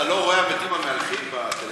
מה, אתה לא רואה "המתים המהלכים" בטלוויזיה?